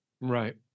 Right